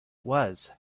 was